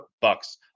bucks